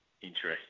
Interesting